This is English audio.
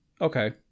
okay